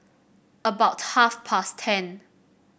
about half past ten